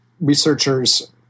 researchers